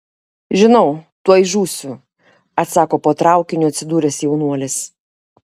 žinau tuoj žūsiu atsako po traukiniu atsidūręs jaunuolis